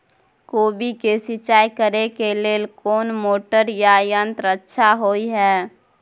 कोबी के सिंचाई करे के लेल कोन मोटर या यंत्र अच्छा होय है?